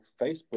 Facebook